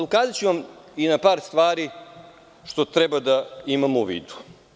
Ukazaću vam i na par stvari koje treba da imamo u vidu.